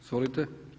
Izvolite.